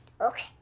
Okay